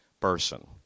person